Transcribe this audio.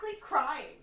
crying